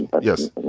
yes